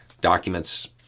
Documents